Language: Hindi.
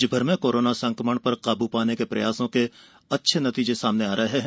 प्रदेश में कोरोना संक्रमण पर काबू पाने के प्रयासों के अच्छे नतीजे आ रहे हैं